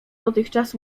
dotychczas